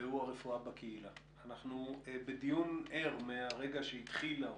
הוא דיון המשך לדיון שכבר נעשה פה,